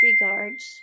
regards